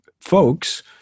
folks